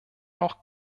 auch